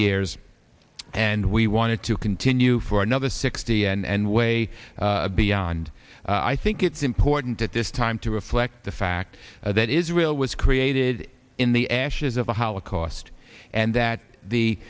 years and we wanted to continue for another sixty and way beyond i think it's important at this time to reflect the fact that israel was created in the ashes of the holocaust and that the